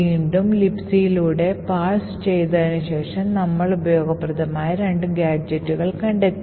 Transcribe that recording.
വീണ്ടും LIbcയിലൂടെ പാഴ്സുചെയ്തതിന് ശേഷം നമ്മൾ ഉപയോഗപ്രദമാകുന്ന രണ്ട് ഗാഡ്ജെറ്റുകൾ കണ്ടെത്തി